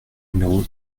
numéro